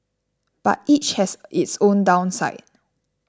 but each has its own downside